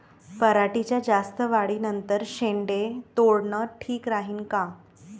पराटीच्या जास्त वाढी नंतर शेंडे तोडनं ठीक राहीन का?